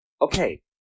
Okay